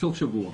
בסוף שבוע.